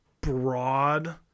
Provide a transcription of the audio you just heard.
broad